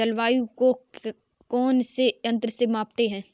जलवायु को कौन से यंत्र से मापते हैं?